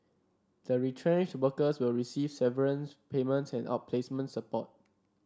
the retrenched workers will receive severance payments and outplacement support